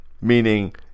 meaning